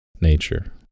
nature